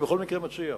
בכל מקרה אני מציע,